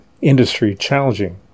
industry-challenging